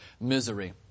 misery